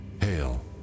Hail